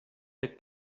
the